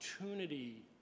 opportunity